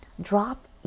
Drop